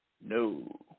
no